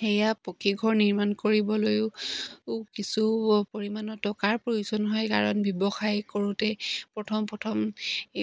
সেয়া পকীঘৰ নিৰ্মাণ কৰিবলৈও কিছু পৰিমাণৰ টকাৰ প্ৰয়োজন হয় কাৰণ ব্যৱসায় কৰোঁতে প্ৰথম প্ৰথম